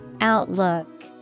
Outlook